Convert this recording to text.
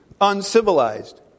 Uncivilized